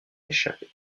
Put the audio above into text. échapper